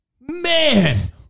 man